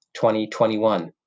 2021